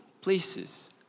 places